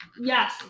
yes